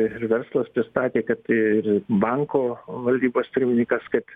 ir verslas pristatė kad ir banko valdybos pirmininkas kad